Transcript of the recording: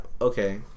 okay